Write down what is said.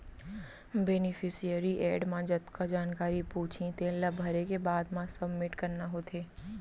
beneficiary add म जतका जानकारी पूछही तेन ला भरे के बाद म सबमिट करना होथे